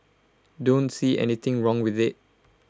don't see anything wrong with IT